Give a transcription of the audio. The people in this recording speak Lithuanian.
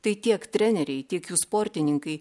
tai tiek treneriai tiek jų sportininkai